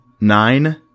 Nine